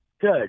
Good